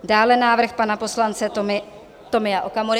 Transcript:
Dále návrh pana poslance Tomia Okamury.